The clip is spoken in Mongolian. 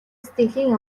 сэтгэлийн